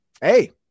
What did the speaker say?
hey